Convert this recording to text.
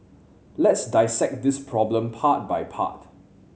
let's dissect this problem part by part